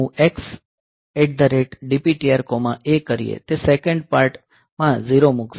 MOVX DPTRA કરીએ તે second part માં 0 મૂકશે